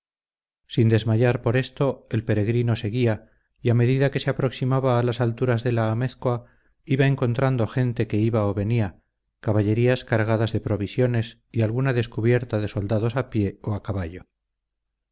sin desmayar por esto el peregrino seguía y a medida que se aproximaba a las alturas de la amézcoa iba encontrando gente que iba o venía caballerías cargadas de provisiones y alguna descubierta de soldados a pie o a caballo